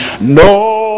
No